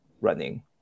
running